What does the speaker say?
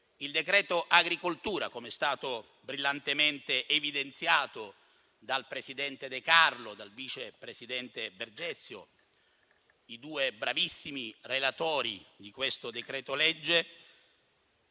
Il decreto agricoltura, come è stato brillantemente evidenziato dal presidente De Carlo e dal vice presidente Bergesio, i due bravissimi relatori di questo decreto-legge